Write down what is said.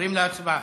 עוברים להצבעה.